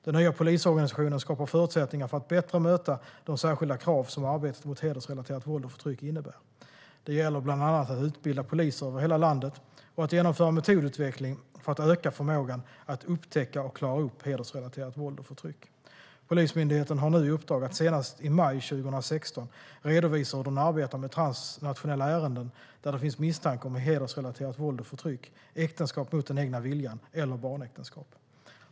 Den nya polisorganisationen skapar förutsättningar för att bättre möta de särskilda krav som arbetet mot hedersrelaterat våld och förtryck innebär. Det gäller bland annat att utbilda poliser över hela landet och att genomföra metodutveckling för att öka förmågan att upptäcka och klara upp hedersrelaterat våld och förtryck. Polismyndigheten har nu i uppdrag att senast i maj 2016 redovisa hur den arbetar med transnationella ärenden där det finns misstanke om hedersrelaterat våld och förtryck, äktenskap mot den egna viljan eller barnäktenskap.